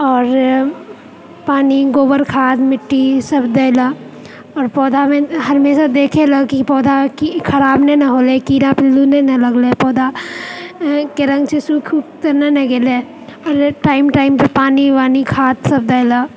आओर पानि गोबर खाद्य मिट्टी ई सभ देइ लऽ आओर पौधाके हमेशा देखए लए कि ई पौधा कि ई खराब नहि ने होइलै कीड़ा पिल्लू नहि ने लगलै पौधाके रङ्ग छै सूख वूख तऽ नहि ने गेलै एहिलेल टाइम टाइम पर पानि वानि खाद्य सभ देइ लऽ